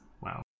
wow